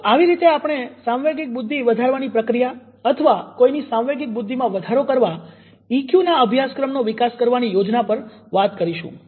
તો આવી રીતે આપણે સાંવેગિક બુદ્ધિ વધારવાની પ્રક્રિયા અથવા કોઈની સાંવેગિક બુદ્ધિમાં વધારો કરવા ઈક્યુ નાં અભ્યાસક્રમનો વિકાસ કરવાની યોજના પર વાત કરીશું